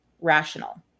rational